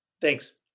Thanks